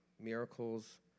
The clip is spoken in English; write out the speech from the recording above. miracles